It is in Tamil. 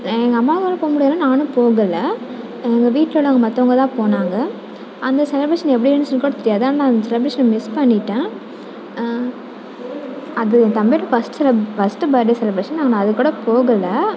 எங்கள் அம்மாவால் போக முடியாதுனு நானும் போகலை எங்கள் வீட்டில் உள்ளவங்க மற்றவுங்க தான் போனாங்க அந்த செலப்ரேஷன் எப்படி இருந்துச்சுன் கூட தெரியாது ஆனால் நான் அந்த செலப்ரேஷனை மிஸ் பண்ணிவிட்டேன் அது என் தம்பியோட first celeb first birthday celebration ஆனால் நான் அது கூட போகலை